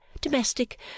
domestic